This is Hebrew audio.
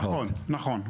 נכון.